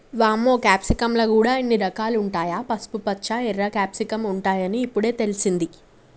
వామ్మో క్యాప్సికమ్ ల గూడా ఇన్ని రకాలుంటాయా, పసుపుపచ్చ, ఎర్ర క్యాప్సికమ్ ఉంటాయని ఇప్పుడే తెలిసింది